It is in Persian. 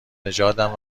نژادم